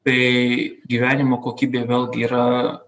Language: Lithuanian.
tai gyvenimo kokybė vėlgi yra